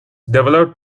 developed